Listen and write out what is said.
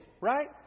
right